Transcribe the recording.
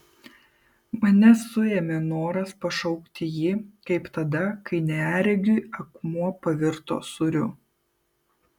mane suėmė noras pašaukti jį kaip tada kai neregiui akmuo pavirto sūriu